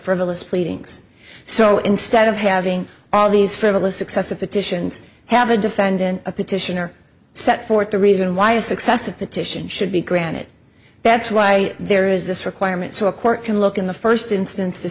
frivolous pleadings so instead of having all these frivolous excessive petitions have a defendant a petition or set forth the reason why a successive petition should be granted that's why there is this requirement so a court can look in the first instance to